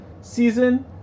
season